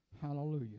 Hallelujah